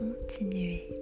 continuer